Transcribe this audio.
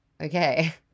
okay